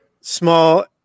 small